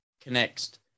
Connects